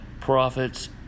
prophets